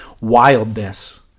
wildness